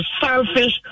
selfish